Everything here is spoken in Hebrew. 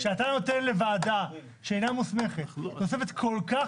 כשאתה נותן לוועדה שלא מוסמכת תוספת כל כך